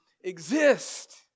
exist